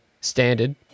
standard